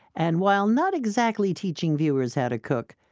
and while not exactly teaching viewers how to cook,